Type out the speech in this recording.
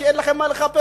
כי אין לכם מה לחפש,